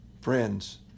Friends